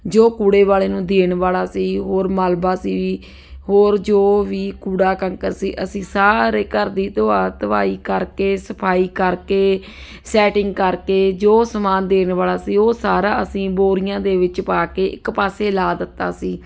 ਜੋ ਕੂੜੇ ਵਾਲੇ ਨੂੰ ਦੇਣ ਵਾਲਾ ਸੀ ਹੋਰ ਮਲਬਾ ਸੀ ਵੀ ਹੋਰ ਜੋ ਵੀ ਕੂੜਾ ਕੰਕਰ ਸੀ ਅਸੀਂ ਸਾਰੇ ਘਰ ਦੀ ਧੋਆ ਧੁਆਈ ਕਰਕੇ ਸਫਾਈ ਕਰਕੇ ਸੈਟਿੰਗ ਕਰਕੇ ਜੋ ਸਮਾਨ ਦੇਣ ਵਾਲਾ ਸੀ ਉਹ ਸਾਰਾ ਅਸੀਂ ਬੋਰੀਆਂ ਦੇ ਵਿੱਚ ਪਾ ਕੇ ਇੱਕ ਪਾਸੇ ਲਗਾ ਦਿੱਤਾ ਸੀ